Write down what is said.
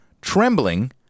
trembling